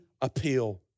appeal